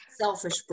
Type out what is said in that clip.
selfish